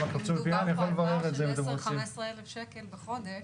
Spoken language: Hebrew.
אם מדובר פה על פער של 15,000-10,000 שקל בחודש.